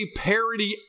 parody